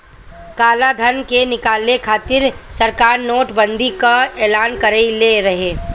कालाधन के निकाले खातिर सरकार नोट बंदी कअ एलान कईले रहे